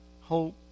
hope